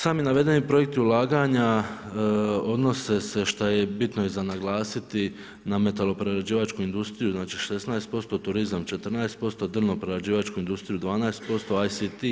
Sami navedeni projekti ulaganja odnose se što je bitno i za naglasiti na metaloprerađivačku industriju, znači 16%, turizam 14%, drvnoprerađivačka industriju 12%, ACT